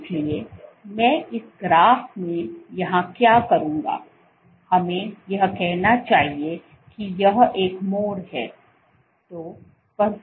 इसलिए मैं इस ग्राफ में यहां क्या करूंगा हमें यह कहना चाहिए कि यह एक मोड़ है